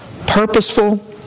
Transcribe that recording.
purposeful